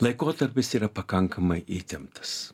laikotarpis yra pakankamai įtemptas